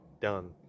Done